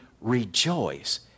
rejoice